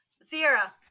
Sierra